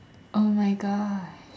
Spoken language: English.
oh my gosh